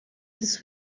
this